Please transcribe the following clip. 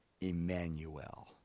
Emmanuel